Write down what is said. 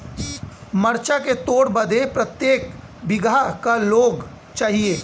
मरचा के तोड़ बदे प्रत्येक बिगहा क लोग चाहिए?